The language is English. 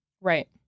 Right